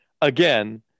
Again